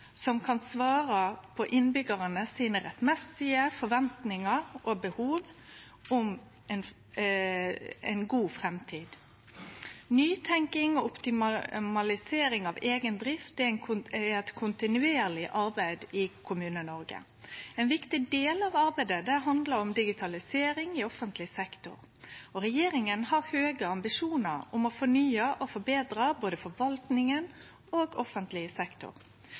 som kan svare på dei rettmessige forventingane og behova innbyggjarane har om ei god framtid. Nytenking og optimalisering av eiga drift er eit kontinuerleg arbeid i Kommune-Noreg. Ein viktig del av arbeidet handlar om digitalisering i offentleg sektor. Regjeringa har høge ambisjonar om å fornye og forbetre både forvaltinga og offentleg sektor.